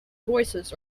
voices